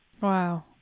Wow